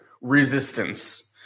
resistance